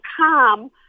calm